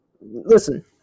listen